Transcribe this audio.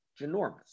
ginormous